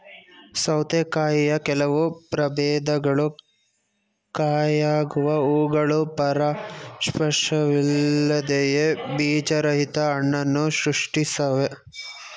ಸೌತೆಕಾಯಿಯ ಕೆಲವು ಪ್ರಭೇದಗಳು ಕಾಯಾಗುವ ಹೂವುಗಳು ಪರಾಗಸ್ಪರ್ಶವಿಲ್ಲದೆಯೇ ಬೀಜರಹಿತ ಹಣ್ಣನ್ನು ಸೃಷ್ಟಿಸ್ತವೆ